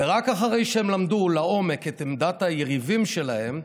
ורק אחרי שהם למדו לעומק את עמדת היריבים שלהם,